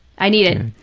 i need it. and